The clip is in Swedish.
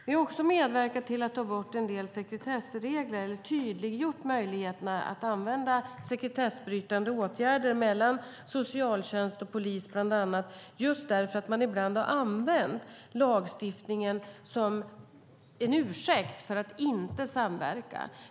Vi har medverkat till att ta bort en del sekretessregler och tydliggjort möjligheterna att använda sekretessbrytande åtgärder mellan socialtjänst och polis, bland annat, just därför att man ibland har använt lagstiftningen som en ursäkt för att inte samverka.